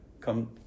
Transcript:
come